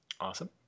Awesome